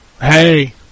Hey